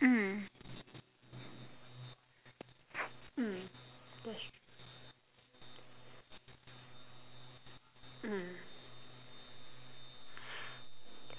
mm mm that's true mm